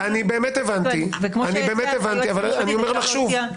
אני באמת הבנתי, אבל אני אומר לך שוב: